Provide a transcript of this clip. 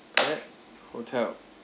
hotel